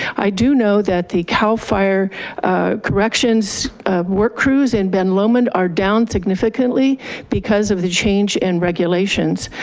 i do know that the cal fire corrections work crews and ben lomond are down significantly because of the change in regulations.